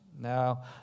Now